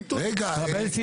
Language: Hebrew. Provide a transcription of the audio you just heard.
רגע, רגע.